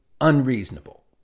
unreasonable